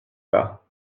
bas